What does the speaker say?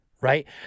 Right